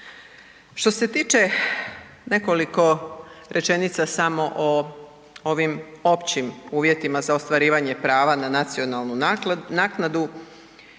Što se tiče nekoliko rečenica samo o ovim općim uvjetima za ostvarivanje prava na nacionalnu naknadu,